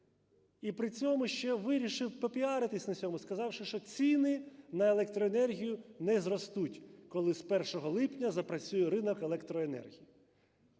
І при цьому ще вирішив попіаритися на цьому, сказавши, що ціни на електроенергію не зростуть, коли з 1 липня запрацює ринок електроенергії.